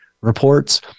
reports